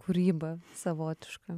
kūryba savotiška